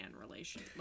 relation